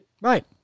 Right